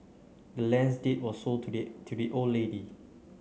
the land's deed was sold to the to the old lady